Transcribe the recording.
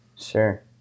Sure